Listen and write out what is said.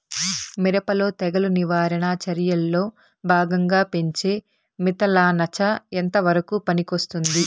మిరప లో తెగులు నివారణ చర్యల్లో భాగంగా పెంచే మిథలానచ ఎంతవరకు పనికొస్తుంది?